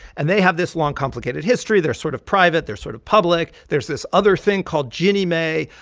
and they have this long, complicated history. they're sort of private they're sort of public. there's this other thing called ginnie mae.